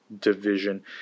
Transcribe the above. division